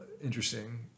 interesting